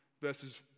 verses